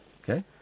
Okay